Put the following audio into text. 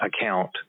account